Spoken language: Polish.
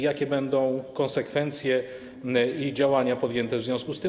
Jakie będą konsekwencje i działania podjęte w związku z tym?